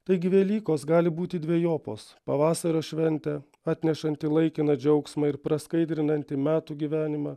taigi velykos gali būti dvejopos pavasario šventė atnešanti laikiną džiaugsmą ir praskaidrinanti metų gyvenimą